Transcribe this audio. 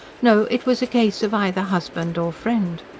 no, it was a case of either husband or friend.